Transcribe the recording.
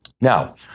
Now